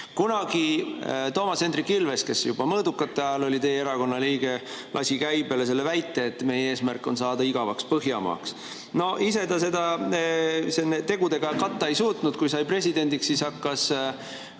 Kunagi Toomas Hendrik Ilves, kes juba Mõõdukate ajal oli teie erakonna liige, lasi käibele väite, et meie eesmärk on saada igavaks Põhjamaaks. Ise ta seda tegudega katta ei suutnud: kui sai presidendiks, siis hakkas